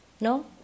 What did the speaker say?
no